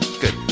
Good